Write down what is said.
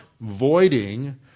voiding